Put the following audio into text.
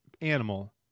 animal